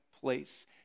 place